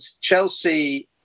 Chelsea